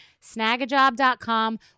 Snagajob.com